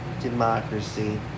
democracy